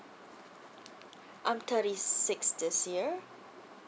I'm thirty six this year